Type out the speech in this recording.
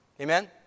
Amen